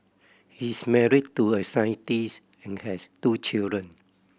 he is married to a scientist and has two children